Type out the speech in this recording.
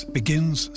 begins